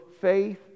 faith